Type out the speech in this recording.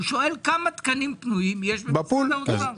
הוא שואל כמה תקנים פנויים יש במשרד האוצר.